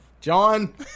John